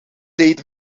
deed